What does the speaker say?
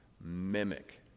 Mimic